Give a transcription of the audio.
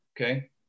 Okay